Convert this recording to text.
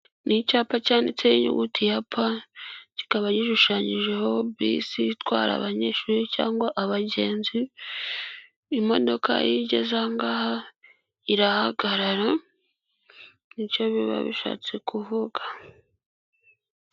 Ni icyapa cyanditseho inyuguti ya pa kikaba gishushanyijeho bisi itwara abanyeshuri cyangwa abagenzi, imodoka iyo igeze aha ngaha irahagarara ni cyo biba bishatse kuvuga.